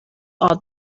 all